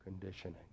conditioning